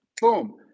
Boom